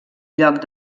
lloc